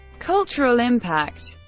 cultural impact